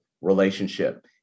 relationship